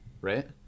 right